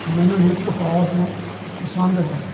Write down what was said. ਮੈਨੂੰ hip hop ਪਸੰਦ ਹੈ